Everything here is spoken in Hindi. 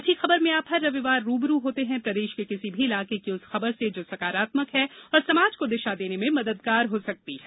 अच्छी खबर में आप हर रविवार रू ब रू होते हैं प्रदेश के किसी भी इलाके की उस खबर से जो सकारात्मक है और समाज को दिशा देने में मददगार हो सकती है